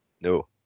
No